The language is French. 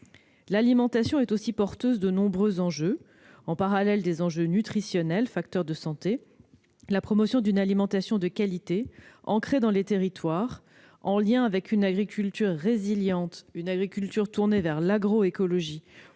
L'alimentation est aussi porteuse de nombreux enjeux. Parallèlement aux enjeux nutritionnels, facteurs de santé, la promotion d'une alimentation de qualité, ancrée dans les territoires, en lien avec une agriculture résiliente, tournée vers l'agroécologie